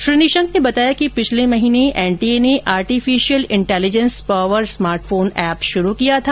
श्री निशंक ने बताया कि पिछले महीने एनटीए ने artificial intelligence power smartphone app शुरु किया था